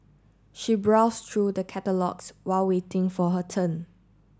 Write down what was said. she browsed through the catalogues while waiting for her turn